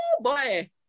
boy